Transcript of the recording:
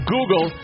Google